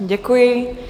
Děkuji.